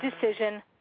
decision